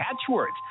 catchwords